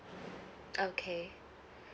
okay